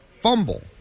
Fumble